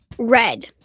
Red